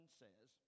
says